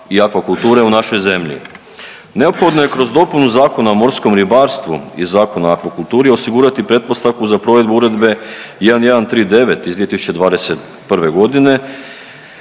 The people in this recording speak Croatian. i akvakulture u našoj zemlji. Neophodno je kroz dopunu Zakona o morskom ribarstvu i Zakona o akvakulturi osigurati pretpostavku za provedbu Uredbe 1139/2021 godine